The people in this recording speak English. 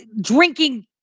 drinking